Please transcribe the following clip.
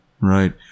right